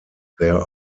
there